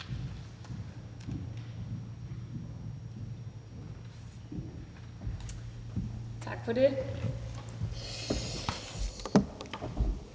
Tak for det.